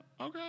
Okay